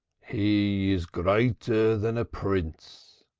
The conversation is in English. he is greater than a prince,